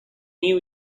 new